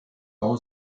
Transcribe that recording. bau